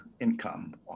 income